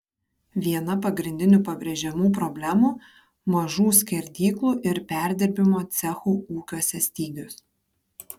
viena pagrindinių pabrėžiamų problemų mažų skerdyklų ir perdirbimo cechų ūkiuose stygius